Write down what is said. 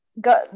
got